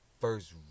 first